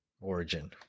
Origin